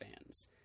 fans